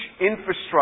infrastructure